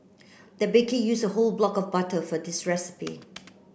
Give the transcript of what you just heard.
the baker used a whole block of butter for this recipe